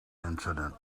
incident